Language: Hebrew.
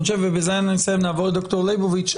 בזה נסיים ונעבור לד"ר ליבוביץ',